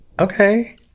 Okay